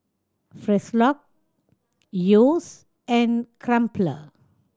Frisolac Yeo's and Crumpler